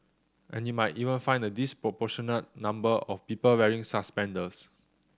and you might even find a disproportionate number of people wearing suspenders